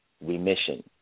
remission